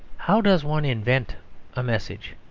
how does one invent a message?